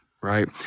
right